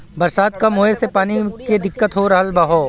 बरसात कम होए से पानी के दिक्कत हो रहल हौ